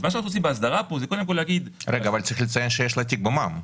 אבל צריך לציין שיש לה תיק במע"מ.